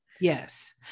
Yes